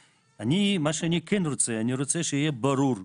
אני, מה שאני כן רוצה, אני רוצה שיהיה ברור,